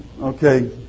Okay